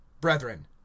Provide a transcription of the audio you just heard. brethren